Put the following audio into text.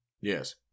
yes